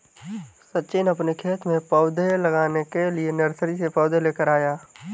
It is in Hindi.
सचिन अपने खेत में पौधे लगाने के लिए नर्सरी से पौधे लेकर आया